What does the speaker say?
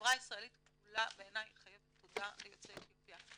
שהחברה הישראלית כולה בעיני חייבת תודה ליוצאי אתיופיה.